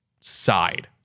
side